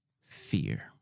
Fear